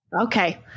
Okay